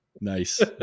Nice